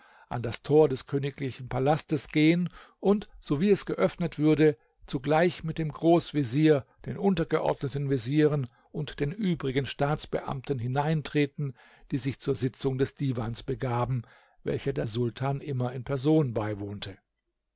an das tor des königlichen palasts gehen und sowie es geöffnet würde zugleich mit dem großvezier den untergeordneten vezieren und den übrigen staatsbeamten hineintreten die sich zur sitzung des divans begaben welcher der sultan immer in person beiwohnte